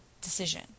decision